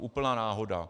Úplná náhoda.